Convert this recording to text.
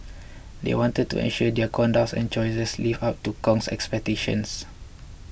they wanted to ensure their conducts and choices lived up to Kong's expectations